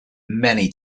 many